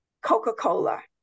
Coca-Cola